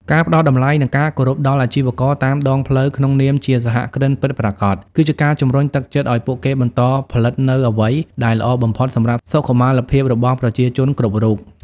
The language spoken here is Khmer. ការផ្ដល់តម្លៃ និងការគោរពដល់អាជីវករតាមដងផ្លូវក្នុងនាមជាសហគ្រិនពិតប្រាកដ គឺជាការជម្រុញទឹកចិត្តឱ្យពួកគេបន្តផលិតនូវអ្វីដែលល្អបំផុតសម្រាប់សុខុមាលភាពរបស់ប្រជាជនគ្រប់រូប។